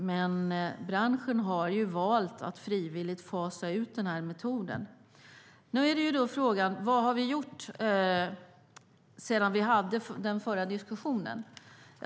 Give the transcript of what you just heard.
Men branschen har valt att frivilligt fasa ut den metoden. Frågan är: Vad har vi gjort sedan den förra diskussionen?